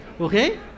okay